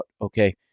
okay